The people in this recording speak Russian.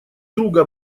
друга